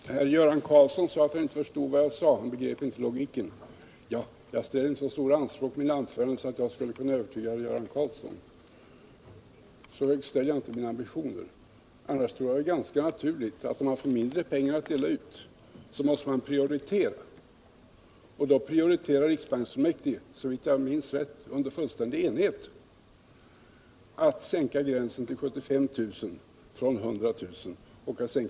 Herr talman! Göran Karlsson sade att han inte förstod vad jag sade. Han begrep inte logiken. Jag ställer inte så stora anspråk på mina anföranden att jag tror att jag skulle kunna övertyga herr Göran Karlsson. Så högt sätter jag inte mina ambitioner. Annars är det ganska naturligt att om man får mindre pengar att dela ut måste man prioritera. I det läget prioriterade riksbanksfullmäktige — såvitt jag minns rätt under fullständig enighet -— på det sättet att man sänkte inkomstgränsen från 100 000 kr. till 75 000 kr.